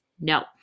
No